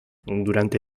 durante